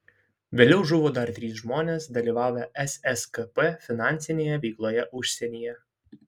vėliau žuvo dar trys žmonės dalyvavę sskp finansinėje veikloje užsienyje